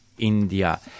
India